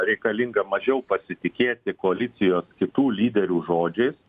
reikalinga mažiau pasitikėti koalicijos kitų lyderių žodžiais